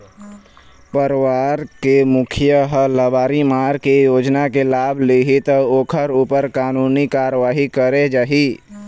परवार के मुखिया ह लबारी मार के योजना के लाभ लिहि त ओखर ऊपर कानूनी कारवाही करे जाही